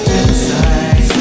inside